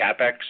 CapEx